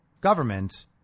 government